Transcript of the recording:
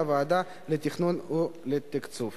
היוזם הראשון של הצעת חוק זו.